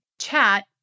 chat